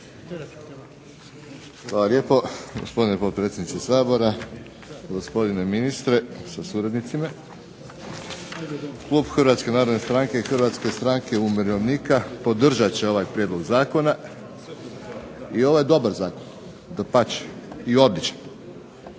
Hvala lijepo gospodine potpredsjedniče Sabora, gospodine ministre sa suradnicima. Klub Hrvatske narodne stranke i Hrvatske stranke umirovljenika, podržat će ovaj Prijedlog zakona i ovo je dobar zakon. Potpuno logičan